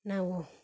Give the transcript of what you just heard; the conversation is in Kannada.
ನಾವು